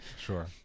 Sure